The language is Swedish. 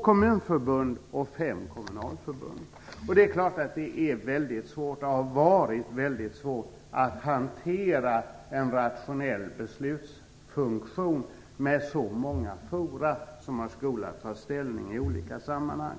kommunförbund och fem kommunalförbund. Det är klart att det har varit, och är, väldigt svårt att hantera en rationell beslutsfunktion med så många forum som skolat ta ställning i olika sammanhang.